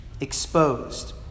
exposed